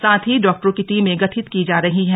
साथ ही डॉक्टरों की टीमें गठित की जा रही है